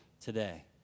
today